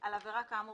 על עבירה כאמור